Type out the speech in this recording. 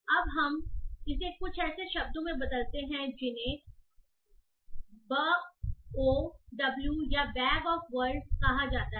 अब हम इसे कुछ ऐसे शब्दों में बदलते हैं जिन्हें बी ओ डब्लू या बैग ऑफ वर्ड्स कहा जाता है